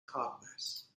partners